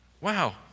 Wow